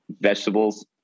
vegetables